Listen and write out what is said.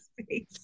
space